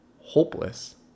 Hopeless